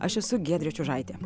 aš esu giedrė čiužaitė